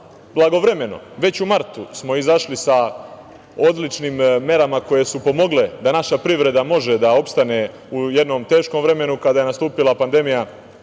blagovremeno. Već u martu smo izašli sa odlučnim merama koje su pomogle da naša privreda može da opstane u jednom teškom vremenu kada je nastupila pandemija